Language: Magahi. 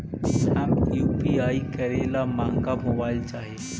हम यु.पी.आई करे ला महंगा मोबाईल चाही?